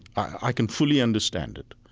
i can fully understand it.